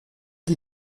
die